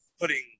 putting